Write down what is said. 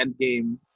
Endgame